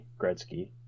Gretzky